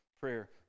prayer